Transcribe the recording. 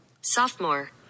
Sophomore